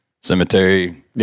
cemetery